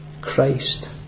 Christ